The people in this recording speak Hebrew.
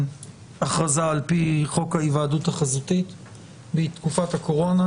הכרזה על פי חוק ההיוועדות החזותית בתקופת הקורונה.